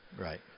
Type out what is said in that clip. right